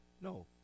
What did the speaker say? no